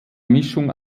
mischung